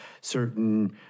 certain